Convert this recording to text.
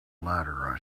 ladder